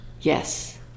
Yes